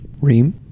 Reem